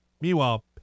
Meanwhile